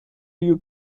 you